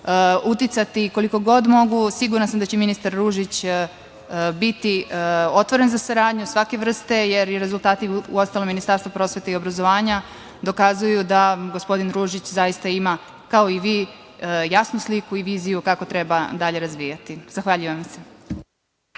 uticati koliko god mogu, a sigurna sam da će i ministar Ružić biti otvoren za saradnju svake vrste, jer uostalom i rezultati Ministarstva prosvete i obrazovanja dokazuju da gospodin Ružić zaista ima, kao i vi, jasnu sliku i viziju kako treba dalje razvijati. Zahvaljujem se.